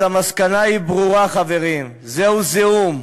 המסקנה ברורה, חברים: זהו זיהום.